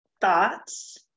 thoughts